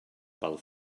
pel